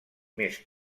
més